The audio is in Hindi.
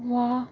वाह